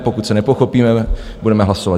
Pokud se nepochopíme, budeme hlasovat.